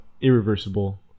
irreversible